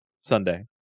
Sunday